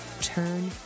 Turn